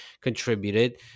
contributed